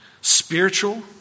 spiritual